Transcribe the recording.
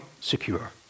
secure